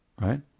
Right